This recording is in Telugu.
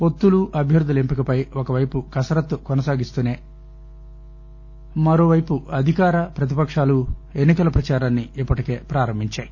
పొత్తులు అభ్యర్దుల ఎంపికపై ఒకవైపు కసరత్తు కొనసాగిస్తూనే మరోవైపు అధికార ప్రతిపక్షాలు ఎన్నికల ప్రచారాన్ని ఇప్పటికే ప్రారంభించాయి